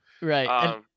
Right